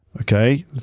Okay